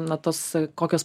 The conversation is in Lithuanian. na tos kokios